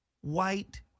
white